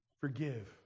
forgive